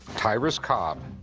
tyrus cobb,